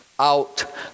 Out